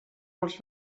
els